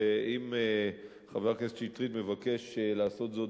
ואם חבר הכנסת שטרית מבקש לעשות זאת